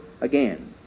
again